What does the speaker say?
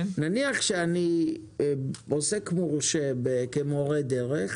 נניח שאני עוסק מורשה כמורה דרך,